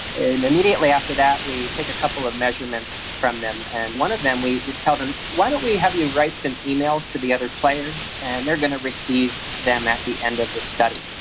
and immediately after that we take a couple of measurements from them, and one of them we just tell them, why don't we have you write some emails to the other players, and they are going to receive them at the end of the study.